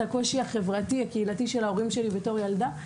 הקושי הקהילתי של ההורים שלי בתור ילדה.